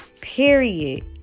Period